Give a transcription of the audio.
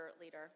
leader